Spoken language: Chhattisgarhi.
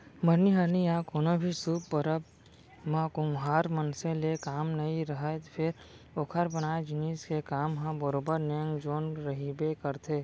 मरनी हरनी या कोनो भी सुभ परब म कुम्हार मनसे ले काम नइ रहय फेर ओकर बनाए जिनिस के काम ह बरोबर नेंग जोग रहिबे करथे